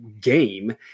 game